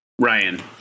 Ryan